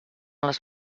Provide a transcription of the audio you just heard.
les